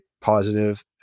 positive